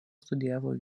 studijavo